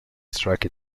strike